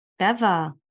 Beva